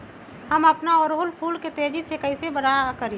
हम अपना ओरहूल फूल के तेजी से कई से बड़ा करी?